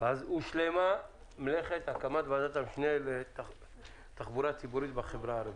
הוא הקמת ועדת משנה לקידום ופיתוח התחבורה הציבורית בחברה הערבית.